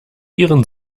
ihren